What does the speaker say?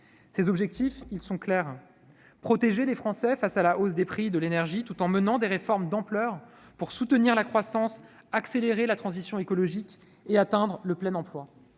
Ceux-ci sont clairs : protéger les Français face à la hausse des prix de l'énergie, tout en menant des réformes d'ampleur pour soutenir la croissance, accélérer la transition écologique et atteindre le plein emploi.